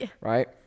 right